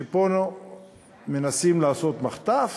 שפה מנסים לעשות מחטף